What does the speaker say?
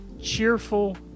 cheerful